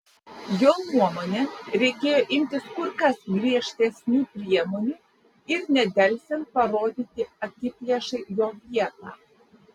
jo nuomone reikėjo imtis kur kas griežtesnių priemonių ir nedelsiant parodyti akiplėšai jo vietą